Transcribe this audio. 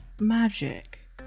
Magic